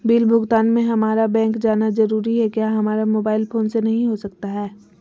Bill भुगतान में हम्मारा बैंक जाना जरूर है क्या हमारा मोबाइल फोन से नहीं हो सकता है?